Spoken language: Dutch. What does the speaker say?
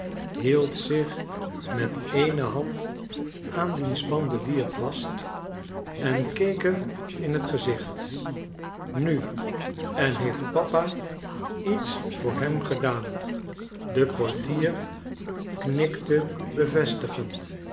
hield zich met eene hand aan diens bandelier vast en keek hem in het gezicht nu en heeft papa iets voor hem gedaan de portier knikte bevestigend